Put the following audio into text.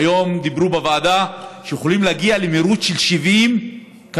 היום אמרו בוועדה שיכולים להגיע למהירות של 70 קמ"ש